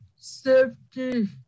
Safety